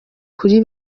kuri